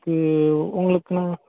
இ உங்களுக்கு நான்